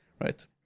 Right